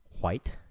white